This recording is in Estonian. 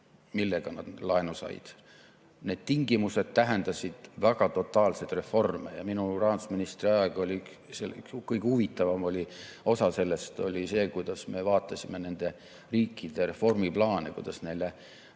millega nad laenu said. Need tingimused tähendasid väga totaalseid reforme ja minu rahandusministriaja kõige huvitavam osa oli see, kuidas me vaatasime nende riikide reformiplaane, kuidas neile